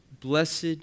Blessed